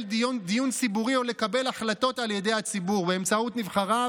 דיון ציבורי או לקבל החלטות על ידי הציבור באמצעות נבחריו,